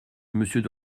monsieur